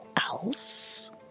else